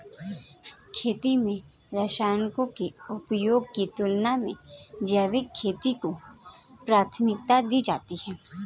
खेती में रसायनों के उपयोग की तुलना में जैविक खेती को प्राथमिकता दी जाती है